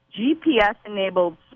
GPS-enabled